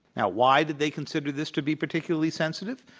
now, why did they consider this to be particularly sensitive?